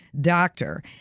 doctor